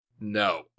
No